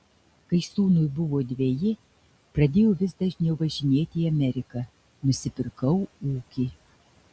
kai sūnui buvo dveji pradėjau vis dažniau važinėti į ameriką nusipirkau ūkį